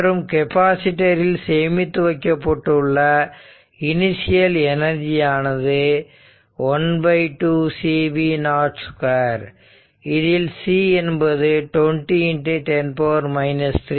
மற்றும் கெப்பாசிட்டர் இல் சேமித்து வைக்கப்பட்டுள்ள இனிசியல் எனர்ஜியானது ½CV02 இதில்C என்பது 20×10 3 மற்றும் V015